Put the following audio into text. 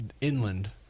inland